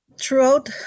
throughout